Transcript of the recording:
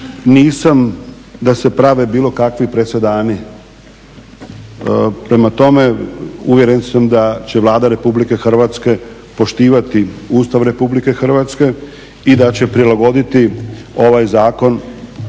nisam da se prave bilo kakvi presedani. Prema tome, uvjeren sam da će Vlada Republike Hrvatske poštivati Ustav Republike Hrvatske i da će prilagoditi ovaj zakon